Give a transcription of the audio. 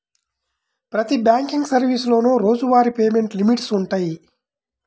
ప్రతి బ్యాంకింగ్ సర్వీసులోనూ రోజువారీ పేమెంట్ లిమిట్స్ వుంటయ్యి